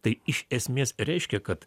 tai iš esmės reiškia kad